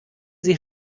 sie